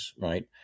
right